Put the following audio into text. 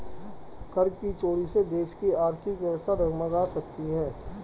कर की चोरी से देश की आर्थिक व्यवस्था डगमगा सकती है